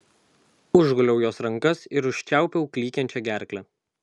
užguliau jos rankas ir užčiaupiau klykiančią gerklę